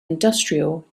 industrial